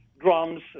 drums